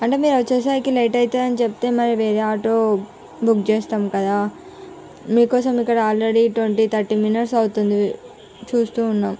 అంటే మీరు వచ్చేసరికి లేట్ అవుతుంది అని చెప్తే మరి వేరే ఆటో బుక్ చేస్తాము కదా మీకోసం ఇక్కడ ఆల్రెడీ ట్వెంటీ థర్టీ మినిట్స్ అవుతుంది చూస్తూ ఉన్నాము